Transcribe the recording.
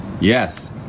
Yes